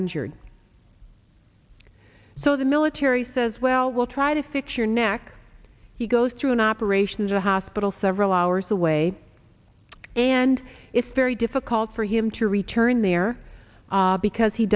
injured so the military says well we'll try to fix your neck he goes through an operation for a hospital several hours away and it's very difficult for him to return there because he